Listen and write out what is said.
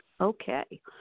Okay